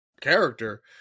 character